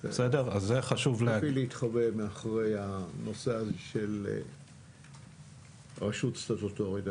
--- זה פשוט להתחבא מאחורי התיאור הזה של רשות סטטוטורית,